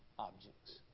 objects